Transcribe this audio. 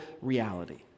reality